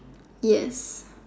yes